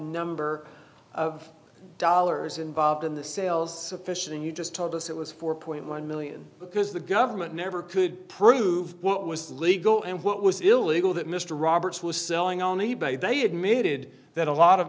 number of dollars involved in the sales of fish and you just told us it was four point one million because the government never could prove what was legal and what was illegal that mr roberts was selling on e bay they admitted that a lot of